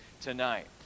tonight